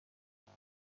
دوست